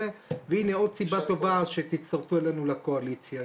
והנה עוד סיבה טובה שתצטרפו אלינו לקואליציה,